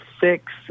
six